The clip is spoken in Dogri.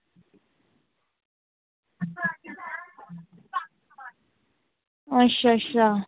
अच्छा अच्छा